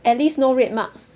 at least no red marks